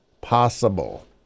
possible